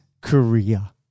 Korea